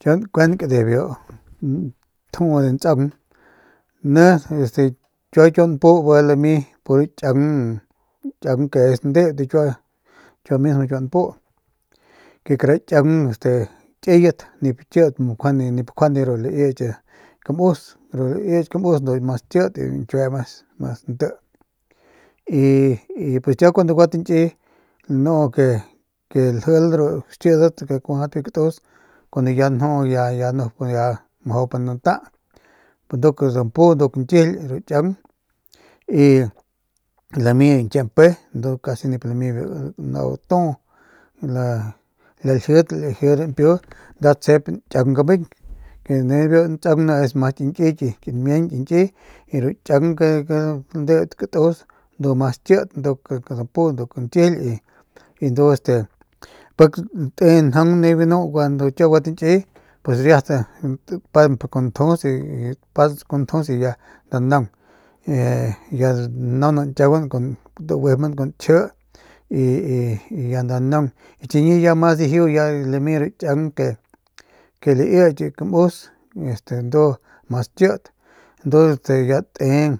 Kiau nkuenk de biu njuu de nsaaung ni este kiua npu bi lami puro chiaung chiaunc que es ndeut de kiua mismo de kiua npu ke kara chiaung este kiyat nip kit nip njuande nip njuande ru laiyki de ramus ru laiyki kamus ndu mas kiyt y ru rañkiue mas mas nti y y pues kiau kuandu gua tankiy lnu lu ke ljiil xkidat ke kuajadat kiu katus cuando ya nju ya ya nup bandua nata nduk dampu nduk nkijil ru chiaugn y lami ñkie mpe cuando casi nip lami biu nau ntu u laljit laji ru rampiu nda tsjep nchiaung gameung que nijiy biu ntsaugn ni mjau ki nkiy ki nmiañ kiñkiy y ru chiaung y ru chiaung ke ndeut katus ndu mas kit nduk kadampu nduk ñkijil y ndu este pik te njaung nibiu ganu kiau gua tañkiy pues riat pemp kun ntjus y pants kun ntjus y ya nda naung ya naunan kiaguan tagujimban kun kji y y ya nda naung chiñi ya mas dijiu ya lami ru chiaung ke ke laiki biu kamus este ndu mas kit ndu ya ya te